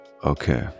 Okay